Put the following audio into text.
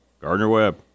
Gardner-Webb